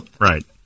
Right